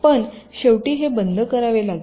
पणशेवटी हे बंद करावे लागेल